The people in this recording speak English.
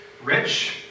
rich